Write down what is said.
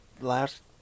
last